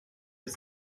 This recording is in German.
des